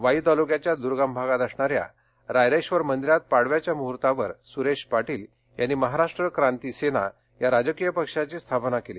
बाई तालुक्याच्या दुर्गम भागात असणाऱ्या रायरेश्वर मंदिरात पाडव्याच्या मुह्तर्तावर सुरेश पाटील यांनी महाराष्ट्र क्रांति सेना या राजकीय पक्षाची स्थापना केली